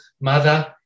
mother